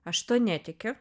aš tuo netikiu